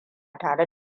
tare